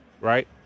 right